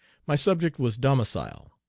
my subject was domicile.